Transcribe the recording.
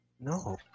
No